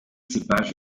cépages